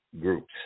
groups